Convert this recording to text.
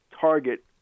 target